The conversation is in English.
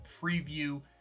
preview